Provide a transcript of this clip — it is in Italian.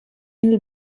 nel